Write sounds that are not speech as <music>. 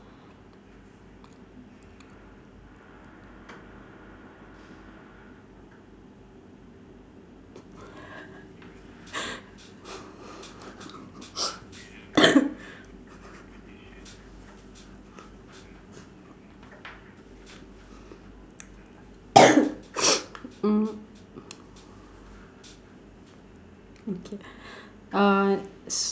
<laughs> <coughs> mmhmm okay uh